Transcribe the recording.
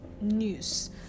news